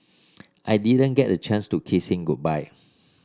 I didn't get a chance to kiss him goodbye